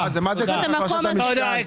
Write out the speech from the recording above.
מה זה החלשת המשכן?